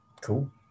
Cool